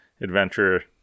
adventure